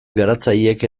garatzaileek